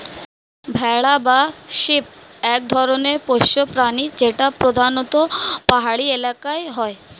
ভেড়া বা শিপ এক ধরনের পোষ্য প্রাণী যেটা প্রধানত পাহাড়ি এলাকায় হয়